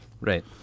Right